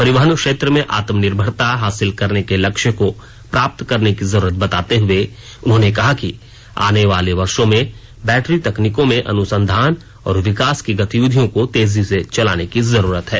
परिवहन क्षेत्र में आत्मनिर्भरता हासिल करने के लिक्ष्य को प्राप्त करने की जरूरत बताते हुए उन्होंने कहा कि आने वाले वर्षो में बैटरी तकनीकों में अनुसंधान और विकास की गतिविधियों को तेजी से चलाने की जरूरत है